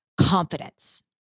confidence